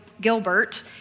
Gilbert